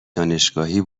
دانشگاهی